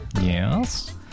Yes